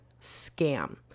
scam